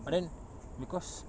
but then because